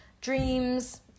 dreams